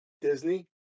Disney